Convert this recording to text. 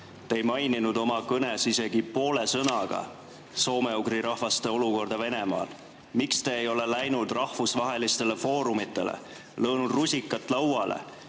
Te ei maininud oma kõnes isegi poole sõnaga soome-ugri rahvaste olukorda Venemaal. Miks te ei ole läinud rahvusvahelistele foorumitele, löönud rusikat lauale